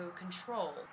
control